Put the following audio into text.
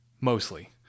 mostly